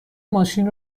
ماشین